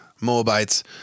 Moabites